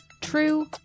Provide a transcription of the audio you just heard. True